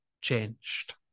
changed